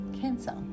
cancer